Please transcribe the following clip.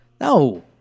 no